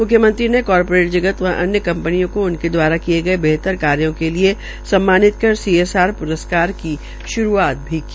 मुख्यमंत्री ने corporate जगत व अन्य कं नियों को उनके दवारा किये गये बेहतर कार्यो के लिये सम्मानित कर सीएसआर पुरस्कार की शुरूआत भी की